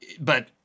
but-